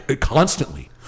Constantly